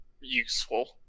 useful